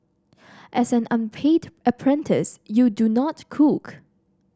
as an unpaid apprentice you do not cook